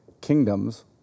kingdoms